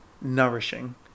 nourishing